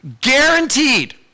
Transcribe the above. guaranteed